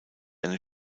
eine